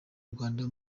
rwanda